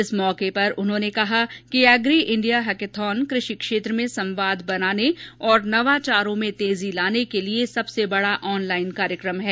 इस मौके पर उन्होंने कहा कि एग्री इंडिया हैकथॉन कृषि क्षेत्र में संवाद बनाने और नवाचारों में तेजी लाने के लिए सबसे बड़ा ऑनलाइन कार्यक्रम है